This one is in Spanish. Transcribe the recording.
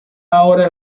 ahora